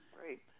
Great